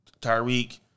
Tyreek